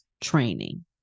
training